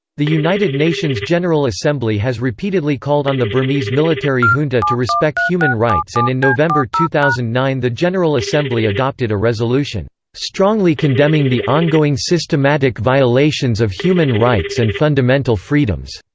the united nations general assembly has repeatedly called on the burmese military junta to respect human rights and in november two thousand and nine the general assembly adopted a resolution strongly condemning the ongoing systematic violations of human rights and fundamental freedoms